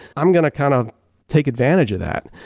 i am going to kind of take advantage of that.